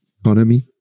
economy